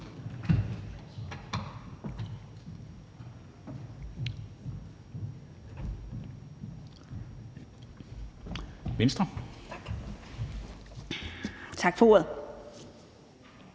ramme. Tak for ordet.